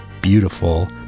beautiful